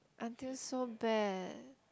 until so bad